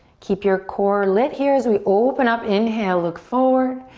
keep your core lit here as we open up, inhale, look forward.